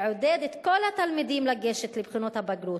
לעודד את כל התלמידים לגשת לבחינות הבגרות,